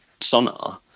Sonar